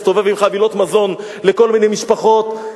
מסתובב עם חבילות מזון לכל מיני משפחות,